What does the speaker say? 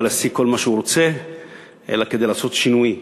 להשיג כל מה שהוא רוצה אלא כדי לעשות שינוי,